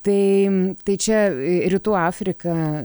tai tai čia rytų afrika